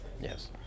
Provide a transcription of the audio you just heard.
yes